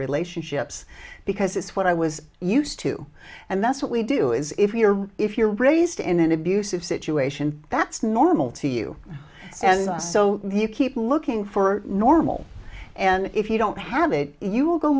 relationships because it's what i was used to and that's what we do is if you're if you're raised in an abusive situation that's normal to you and us so you keep looking for normal and if you don't have it you will go